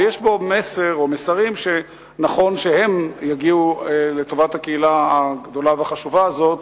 ויש בו מסר או מסרים שנכון שהם יגיעו לטובת הקהילה הגדולה והחשובה הזאת